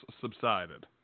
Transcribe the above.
subsided